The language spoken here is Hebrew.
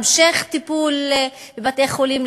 המשך טיפול בבתי-חולים,